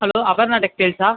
hello Aparna டெக்ஸ்டைல்ஸா